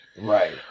Right